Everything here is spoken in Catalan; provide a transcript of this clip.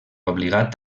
obligat